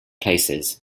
places